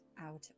out